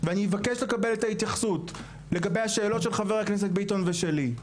ואני מבקש לקבל את ההתייחסות לגבי השאלות של חבר הכנסת ביטון ושלי.